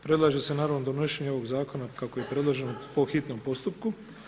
Predlaže se naravno donošenje ovog zakona kako je predloženo po hitnom postupku.